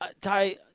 Ty